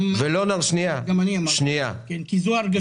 גם אני אמרתי, כי זו ההרגשה.